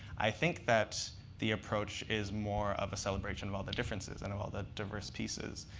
i think that the approach is more of a celebration of all the differences and of all the diverse pieces.